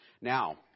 Now